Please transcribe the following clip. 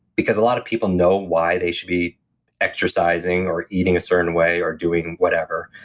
because a lot of people know why they should be exercising or eating a certain way or doing whatever,